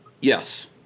yes